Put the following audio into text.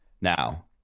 Now